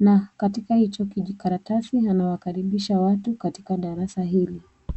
na katika hicho kijikaratasi anawakaribisha watu katika darasa hili.